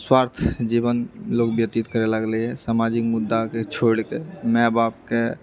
स्वार्थ जीवन लोक व्यतित करै लगलैहँ समाजिक मुद्दा कऽ छोड़ि कऽ माय बाप कऽ